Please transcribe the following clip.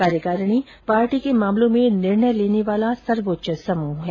कार्यकारिणी पार्टी के मामलों में निर्णय लेने वाला सर्वोच्च समूह है